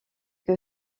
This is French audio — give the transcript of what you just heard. que